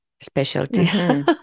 specialty